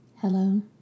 Hello